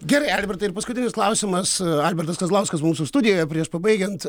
gerai albertai ir paskutinis klausimas albertas kazlauskas mūsų studijoje prieš pabaigiant